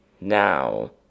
Now